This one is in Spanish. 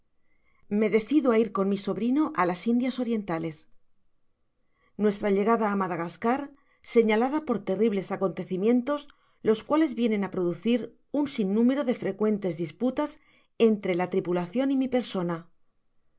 me decido a ir con mi sobrino a las indias orientales nuestra llegada a madagascar señalada por terribles acontecimientos los cuales vienen a producir un sinnúmero de frecuentes disputas entre la tripulacion y mi persona